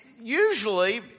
usually